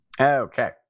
Okay